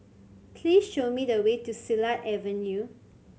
please show me the way to Silat Avenue